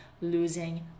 losing